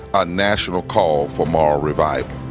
a national call for moral revival.